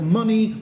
money